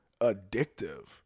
addictive